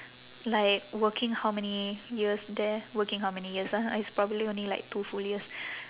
like working how many years there working how many years ah it's probably only like two full years